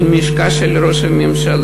עם הלשכה של ראש הממשלה,